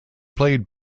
played